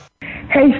Hey